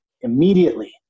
immediately